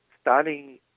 starting